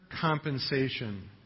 compensation